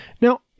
now